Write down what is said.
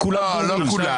לא כולם